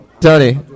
Tony